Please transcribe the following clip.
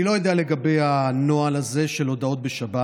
אני לא יודע לגבי הנוהל הזה של הודעות בשבת.